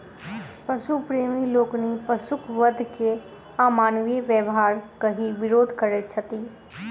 पशु प्रेमी लोकनि पशुक वध के अमानवीय व्यवहार कहि विरोध करैत छथि